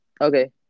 Okay